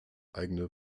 eigene